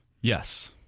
Yes